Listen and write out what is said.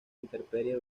intemperie